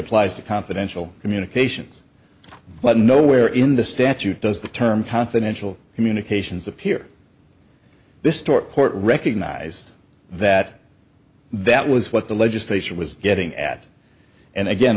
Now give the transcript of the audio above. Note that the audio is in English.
applies to confidential communications but nowhere in the statute does the term confidential communications appear this stuart court recognized that that was what the legislature was getting at and again